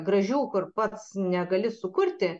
gražių kur pats negali sukurti